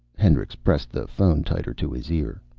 hendricks pressed the phone tighter to his ear.